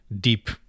deep